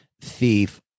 thief